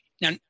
Now